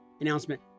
announcement